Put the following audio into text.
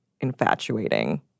infatuating